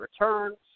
returns